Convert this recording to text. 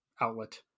outlet